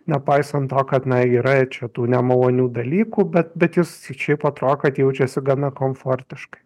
nepaisant to kad na yra ir čia tų nemalonių dalykų bet bet jis šiaip atrodo kad jaučiasi gana komfortiškai